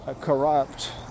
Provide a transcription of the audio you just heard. corrupt